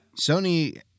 Sony